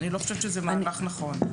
אני לא חושבת שזה מהלך נכון.